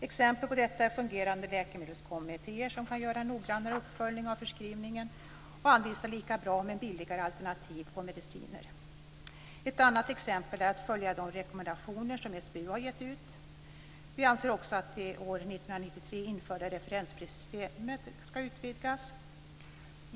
Exempel på detta är fungerande läkemedelskommittéer som kan göra en noggrannare uppföljning av förskrivningen och anvisa lika bra men billigare alternativ på mediciner. Ett annat exempel är att följa de rekommendationer som SBU har gett ut. Vi anser också att det år 1993 införda referensprissystemet ska utvidgas.